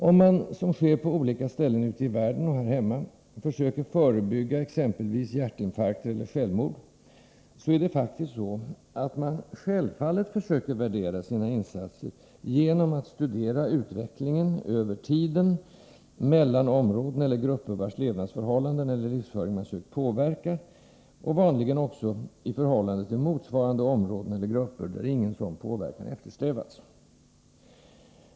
Om man —- som sker på olika ställen ute i världen och här hemma — försöker förebygga exempelvis hjärtinfarkter eller självmord försöker man självfallet värdera sina insatser genom att studera utvecklingen över tiden mellan områden eller grupper vars levnadsförhållanden eller livsföring man sökt påverka, och vanligen också i förhållande till motsvarande områden eller grupper där ingen sådan påverkan eftersträvats.